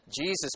Jesus